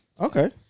Okay